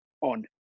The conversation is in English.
on